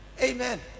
amen